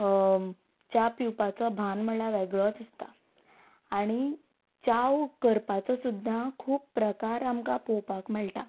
च्या पिवपाचो भान म्हणल्यार वेगळोच आसता आनी च्या करपाचो सुद्दां खूब प्रकार आमकां पळोवपाक मेळटा